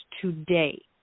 today